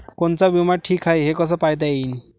कोनचा बिमा ठीक हाय, हे कस पायता येईन?